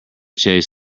chase